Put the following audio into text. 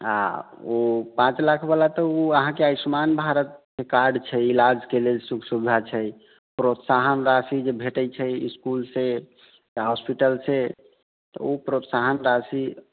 आ ओ पाँच लाखवला तऽ ओ अहाँकेँ आयुष्मान भारत कार्ड छै इलाजके लेल सुख सुविधा छै प्रोत्साहन राशि जे भेटैत छै इस्कुलसँ या हॉस्पिटलसँ तऽ ओ प्रोत्साहन राशि